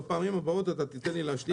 בפעמים הבאות תיתן לי להשלים את יתר העמודים.